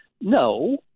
no